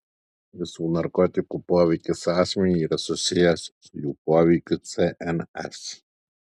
visų narkotikų poveikis asmeniui yra susijęs su jų poveikiu cns